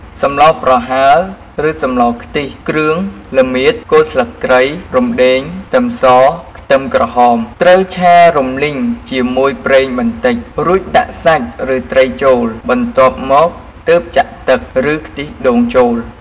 សម្លប្រហើរឬសម្លខ្ទិះ គ្រឿង (រមៀត គល់ស្លឹកគ្រៃ រំដេង ខ្ទឹមស ខ្ទឹមក្រហម) ត្រូវឆារំលីងជាមួយប្រេងបន្តិច រួចដាក់សាច់ ឬត្រីចូល បន្ទាប់មកទើបចាក់ទឹក ឬខ្ទិះដូងចូល។